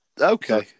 Okay